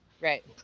Right